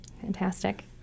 Fantastic